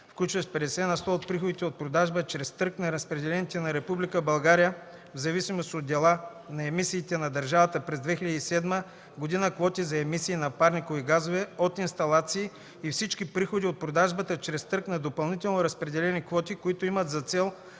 включващи 50 на сто от приходите от продажбата чрез търг на разпределените на Република България в зависимост от дела на емисиите на държавата през 2007 г. квоти за емисии на парникови газове от инсталации и всички приходи от продажбата чрез търг на допълнително разпределени квоти, които имат за цел